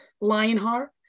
Lionheart